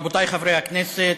רבותי חברי הכנסת,